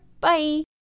Bye